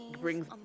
brings